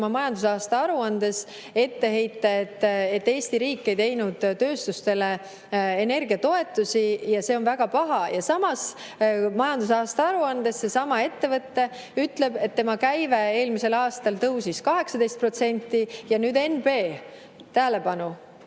majandusaasta aruandes etteheite, et Eesti riik ei teinud tööstustele energiatoetusi ja see on väga paha. Aga samas majandusaasta aruandes seesama ettevõte ütleb, et tema käive eelmisel aastal tõusis 18% – ja nüüd NB!, tähelepanu!